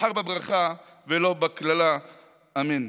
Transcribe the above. ונבחר בברכה ולא בקללה, אמן.